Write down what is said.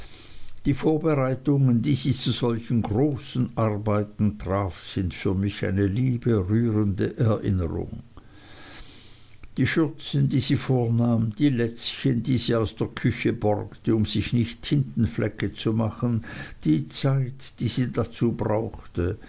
die vorbereitungen die sie zu solchen großen arbeiten traf sind für mich liebe rührende erinnerungen die schürzen die sie vornahm die lätzchen die sie aus der küche borgte um sich nicht tintenflecke zu machen die zeit die sie dazu brauchte